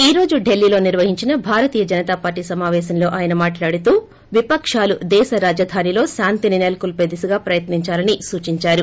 ఈ రోజు ఢిల్లీలో నిర్వహించిన భారతీయ జనతాపార్లీ సమాపేశంలో ఆయన మాట్లాడుతూ విపకాలు దేశరాజధానిలో శాంతిని సెలకొల్చేదిశగా ప్రయత్నించాలని సూచించారు